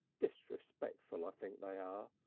disrespectful i think they are.